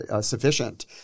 sufficient